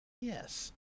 Yes